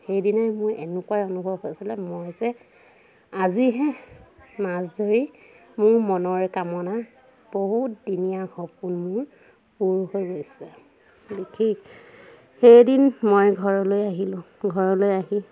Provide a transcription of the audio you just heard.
সেইদিনাই মই এনেকুৱাই অনুভৱ হৈছিলে মই যে আজিহে মাছ ধৰি মোৰ মনৰ কামনা বহুত দিনীয়া সপোন মোৰ পূৰ হৈ গৈছে বিশেষ সেইদিন মই ঘৰলৈ আহিলো ঘৰলৈ আহি